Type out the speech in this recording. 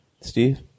steve